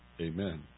Amen